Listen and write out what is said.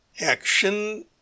Action